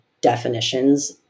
definitions